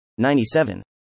97